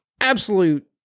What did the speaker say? absolute